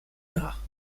nach